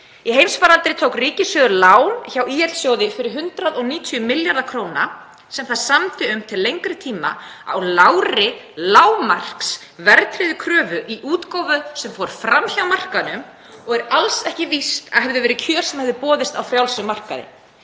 Í heimsfaraldri tók ríkissjóður lán hjá ÍL-sjóði fyrir 190 milljarða kr. sem það samdi um til lengri tíma á lágri lágmarksverðtryggðri kröfu í útgáfu sem fór fram hjá markaðnum og er alls ekki víst að hefðu verið kjör sem hefðu boðist á frjálsum markaði.